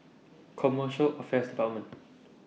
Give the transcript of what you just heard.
Commercial Affairs department